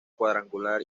cuadrangular